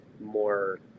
more